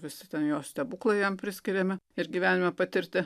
visi ten jo stebuklai jam priskiriami ir gyvenime patirti